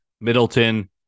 Middleton